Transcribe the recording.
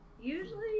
usually